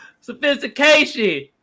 Sophistication